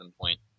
point